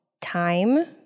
time